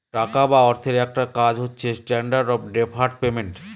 টাকা বা অর্থের একটা কাজ হচ্ছে স্ট্যান্ডার্ড অফ ডেফার্ড পেমেন্ট